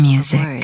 Music